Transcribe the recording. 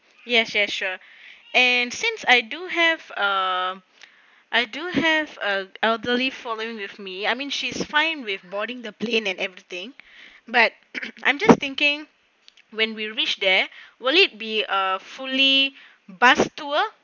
yes yes sure and since I do have uh I do have a elderly following with me I mean she's fine with boarding the plane and everything but I'm just thinking when we reached there will it be a fully bus tour